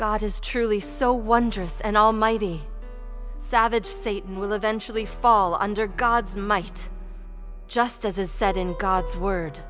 god is truly so wondrous and almighty savage satan will eventually fall under gods might just as is set in god's word